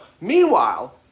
Meanwhile